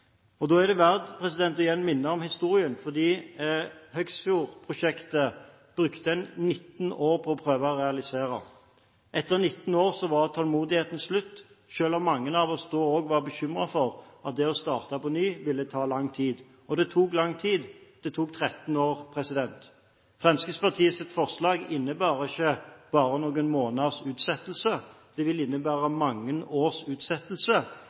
Da er det igjen verdt å minne om historien, fordi Høgsfjordprosjektet brukte en 19 år på å prøve å realisere. Etter 19 år var tålmodigheten slutt, selv om mange av oss da også var bekymret for at det å starte på nytt ville ta lang tid. Og det tok lang tid – det tok 13 år. Fremskrittspartiets forslag innebærer ikke bare noen måneders utsettelse. Det vil innebære mange års utsettelse,